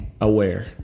aware